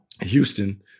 houston